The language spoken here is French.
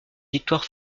victoire